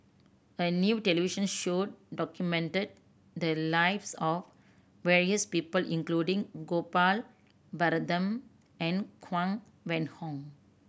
a new television show documented the lives of various people including Gopal Baratham and Huang Wenhong